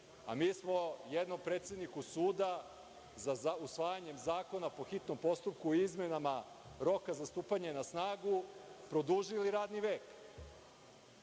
a mi smo jednom predsedniku suda usvajanjem zakona po hitnom postupku u izmenama roka za stupanje na snagu, produžili radni vek,